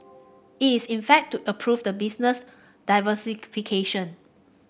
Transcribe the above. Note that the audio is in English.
it's in fact to approve the business diversification